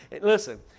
listen